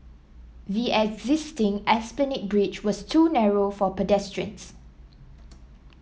the existing Esplanade Bridge was too narrow for pedestrians